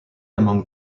among